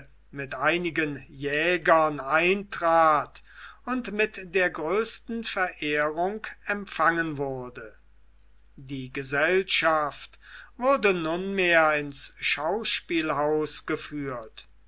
mit einigen jägern eintrat und mit der größten verehrung empfangen wurde die gesellschaft wurde nunmehr ins schauspielhaus geführt